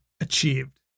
achieved